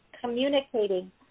communicating